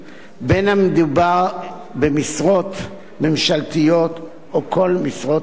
בין שמדובר במשרות ממשלתיות ובין שמדובר במשרות אחרות.